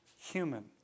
human